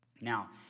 Now